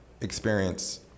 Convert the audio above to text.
experience